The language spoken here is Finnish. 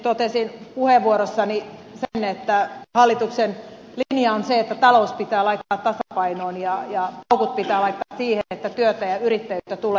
totesin puheenvuorossani sen että hallituksen linja on se että talous pitää laittaa tasapainoon ja paukut pitää laittaa siihen että työtä ja yrittäjyyttä tulee